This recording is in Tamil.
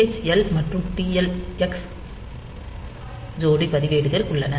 TH x மற்றும் TL x ஜோடி பதிவேடுகள் உள்ளன